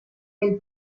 del